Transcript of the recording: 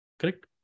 Correct